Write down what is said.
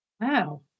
wow